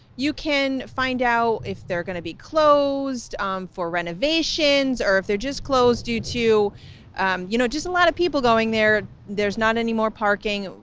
you can find out if they're going to be closed for renovations, or if they're just closed due to you know just a lot of people going there, there's not any more parking.